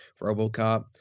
RoboCop